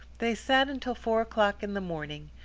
they sat until four o'clock in the morning.